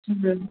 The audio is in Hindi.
जी सर